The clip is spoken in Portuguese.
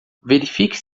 verifique